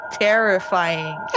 terrifying